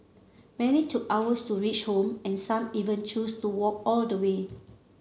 many took hours to reach home and some even choose to walk all the way